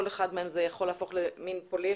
כל אחד מהם יכול להפוך מין פולש,